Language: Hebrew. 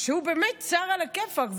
שהוא באמת שר עלא כיפק,